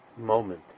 moment